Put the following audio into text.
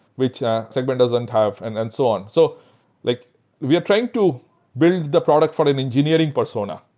which segment doesn't have, and and so on. so like we are trying to build the product for an engineering persona.